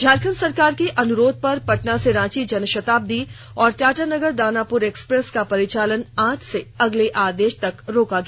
झारखंड सरकार के अनुरोध पर पटना से रांची जनशताब्दी और टाटानगर दानापुर एक्सप्रेस का परिचालन आज से अगले आदेश तक रोका गया